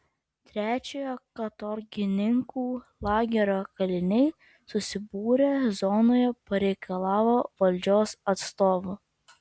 trečiojo katorgininkų lagerio kaliniai susibūrę zonoje pareikalavo valdžios atstovų